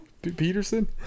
Peterson